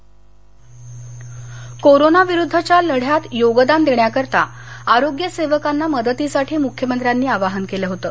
Covid योद्धा corona विरुद्धच्या लढ्यात योगदान देण्यासाठी आरोग्यसेवकांना मदतीसाठी मुख्यमंत्र्यांनी आवाहन केल होतं